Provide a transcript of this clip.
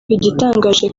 igitangaje